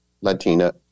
Latina